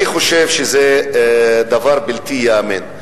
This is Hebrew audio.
אני חושב שזה דבר בלתי ייאמן,